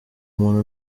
muntu